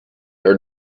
are